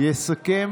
התש"ף